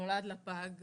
שנולד לה פג,